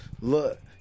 Look